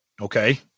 Okay